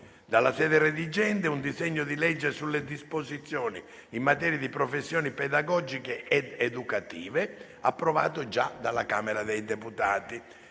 dalla sede redigente, disegno di legge sulle disposizioni in materia di professioni pedagogiche ed educative, approvato dalla Camera dei deputati;